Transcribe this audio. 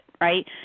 right